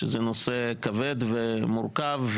שזה נושא כבד ומורכב,